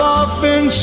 often